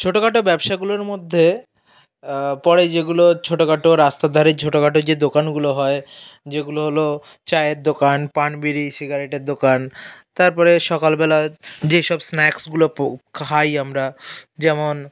ছোটো খাটো ব্যবসাগুলোর মধ্যে পরে যেগুলো ছোটো খাটো রাস্তার ধারে ছোটো খাটো যে দোকানগুলো হয় যেগুলো হলো চায়ের দোকান পান বিড়ি সিগারেটের দোকান তারপরে সকালবেলা যেসব স্ন্যাক্সগুলো পো খাই আমরা যেমন